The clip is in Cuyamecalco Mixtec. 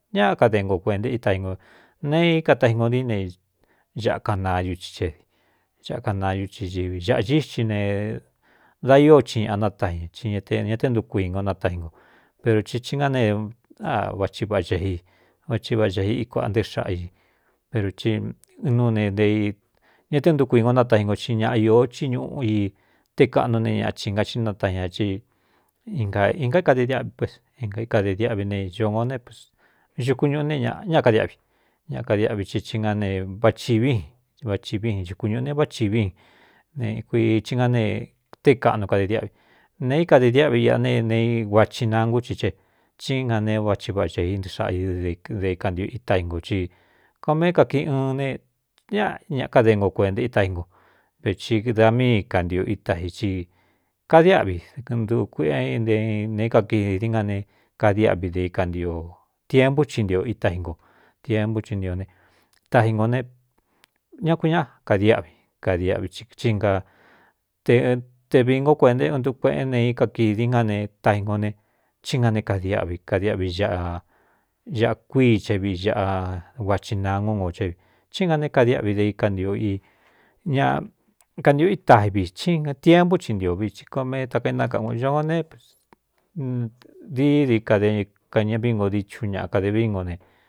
Ñákade ngo kuēnta i ita i ngo nee i kataingo ndíí ne aꞌa kanaañu i e aꞌkanañú csi ivi ñāꞌa ñíxi ne da íó chi ñāꞌa nátajin ña i ñña te ntu kuigu o natáji nko peru ti hi ngá nea vachi vaꞌa che i vachi vaá cai íkuāꞌa nté xaꞌa i peru ci ɨn nuu ne nte i ña te ntukuingo nátaji nko ci ñaꞌa īó chi ñuꞌu i te kaꞌnu ne ñaꞌa chi nga i natajin ñā í inga īn kaíkade diáꞌv naikade diáꞌví ne ñono ne pxukuñuꞌu ne ꞌ ña kadiáꞌvi ña kadiáꞌvi ti i ná ne vachi vin vachi vi in ci kuñūꞌu ne váachi vin ne kuiihi ngá ne té kaꞌnu kade diáꞌvi ne íkade diáꞌvi iꞌa nene i uachi nangú ci che chí nga ne vachi vaꞌa chēí ntɨ xaꞌa i de ikantio ita i ngō ci koo me é kakiꞌi ɨn ne ñaꞌ ñaa kade ngo kuēnta itá i ngo vechi da míi kantiꞌo ita i ci kadiáꞌvi d kɨɨndu kuiꞌé i nte ne é kakidi dií nga ne kadiáꞌvi de ikano tiepú ci ntio ita inko tiepú i ntio ne taji ngō ne ña kun ñáꞌa kadiáꞌvi kadiaꞌvi i nga te tevi ngo kuenta i un ndukueꞌé ne i kakidi nga ne taji ngo ne chí nga né kadiáꞌvi kadiꞌvi ñaꞌa ñaꞌa kuíi che vii ñaꞌa kuachi naa ngú ngō ché vi chí nga ne kadiáꞌvi de ia ni ña kantiꞌo itavi ína tiempú ci ntio viti koo mé takainákaan ō ñoo nedi dií kade kaña vi ngo dícu ñaꞌa kade vií ngo ne.